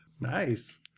nice